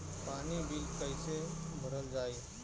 पानी बिल कइसे भरल जाई?